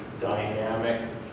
dynamic